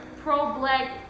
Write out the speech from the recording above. pro-black